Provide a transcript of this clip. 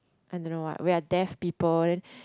and don't know what we are deaf people then